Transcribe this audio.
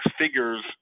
figures